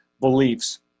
beliefs